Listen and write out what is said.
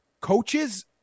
coaches